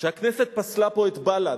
וכשהכנסת פסלה פה את בל"ד,